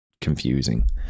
confusing